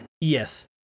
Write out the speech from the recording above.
Yes